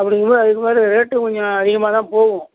அப்படிங்கும் போது அதுக்கு மேலே ரேட்டும் கொஞ்சம் அதிகமாக தான் போகும்